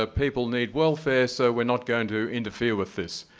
ah people need welfare, so we're not going to interfere with this.